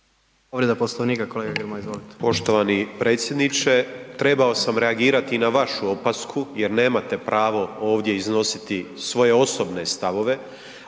Izvolite. **Grmoja, Nikola (MOST)** Poštovani predsjedniče. Trebao sam reagirati i na vašu opasku jer nemate pravo ovdje iznositi svoje osobne stavove,